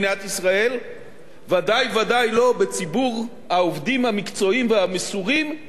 ודאי ודאי לא בציבור העובדים המקצועיים והמסורים באוצר,